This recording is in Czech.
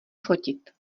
fotit